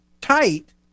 tight